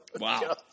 Wow